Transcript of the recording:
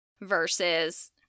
versus